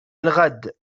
الغد